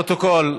לפרוטוקול,